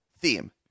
theme